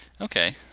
Okay